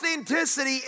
Authenticity